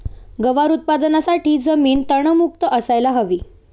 गवार उत्पादनासाठी जमीन तणमुक्त असायला हवी